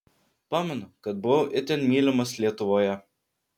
pamenu kad buvau itin mylimas lietuvoje